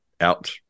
out